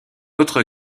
autre